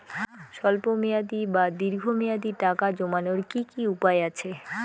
স্বল্প মেয়াদি বা দীর্ঘ মেয়াদি টাকা জমানোর কি কি উপায় আছে?